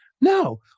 No